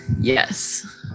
Yes